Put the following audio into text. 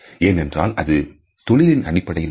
ஏனென்றால் அது தொழிலின் அடிப்படையில் இருக்கும்